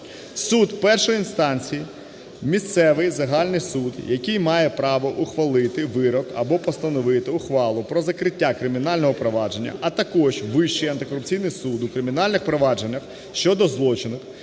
суд першої інстанції – місцевий загальний суд, який має право ухвалити вирок або постановити ухвалу про закриття кримінального провадження, а також Вищий антикорупційний суд у кримінальних провадженнях щодо злочинів,